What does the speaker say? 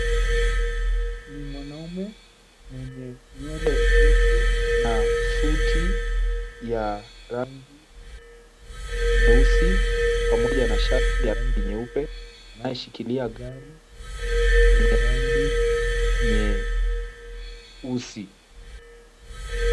Ni mwanaume mwenye nywele refu na suti ya rangi nyeusi pamoja na shati ya rangi nyeupe anayeshikilia gari yenye rangi nyeusi.